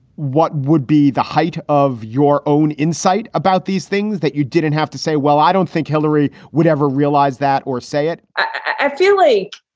what would be the height of your own insight about these things? you didn't have to say, well, i don't think hillary would ever realize that or say it i feel like